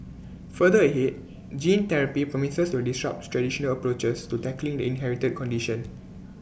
further ahead gene therapy promises to disrupt traditional approaches to tackling the inherited condition